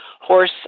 horse